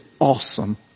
awesome